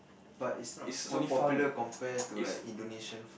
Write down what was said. but it's not so popular compare to like Indonesian